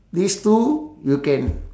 these two you can